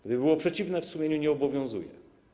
Gdyby było przeciwne, w sumieniu nie obowiązuje”